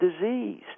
disease